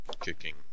kicking